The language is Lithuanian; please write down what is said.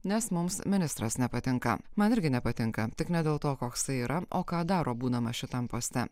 nes mums ministras nepatinka man irgi nepatinka tik ne dėl to koksai yra o ką daro būdamas šitam poste